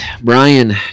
Brian